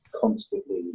constantly